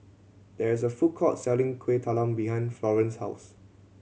there is a food court selling Kueh Talam behind Florene's house